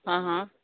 हां हां